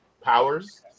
powers